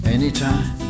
Anytime